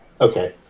Okay